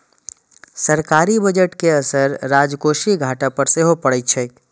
सरकारी बजट के असर राजकोषीय घाटा पर सेहो पड़ैत छैक